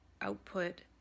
output